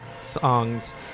songs